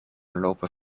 lopen